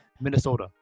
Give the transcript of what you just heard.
Minnesota